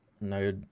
no